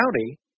County